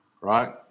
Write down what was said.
Right